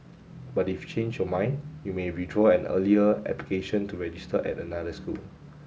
but if you change your mind you may withdraw an earlier application to register at another school